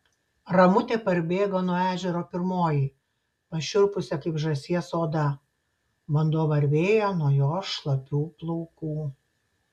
ramutė parbėgo nuo ežero pirmoji pašiurpusia kaip žąsies oda vanduo varvėjo nuo jos šlapių plaukų